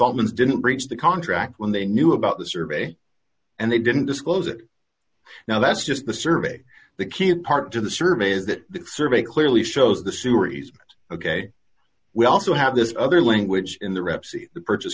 solomons didn't breach the contract when they knew about the survey and they didn't disclose it now that's just the survey the key part to the survey is that survey clearly shows the series ok we also have this other language in the reps in the purchase